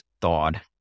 thawed